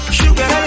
sugar